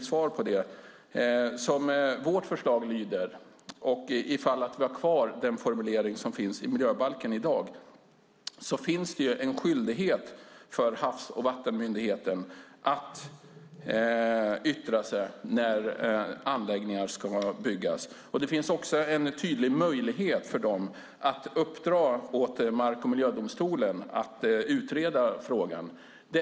Som vårt förslag lyder, och om vi har kvar den formulering som finns i miljöbalken i dag, finns det en skyldighet för Havs och vattenmyndigheten att yttra sig när anläggningar ska byggas. Det finns en tydlig möjlighet för dem att uppdra åt mark och miljödomstolen att utreda frågan.